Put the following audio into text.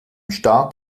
start